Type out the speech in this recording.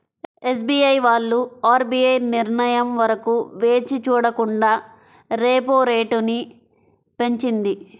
SBI వాళ్ళు RBI నిర్ణయం వరకు వేచి చూడకుండా రెపో రేటును పెంచింది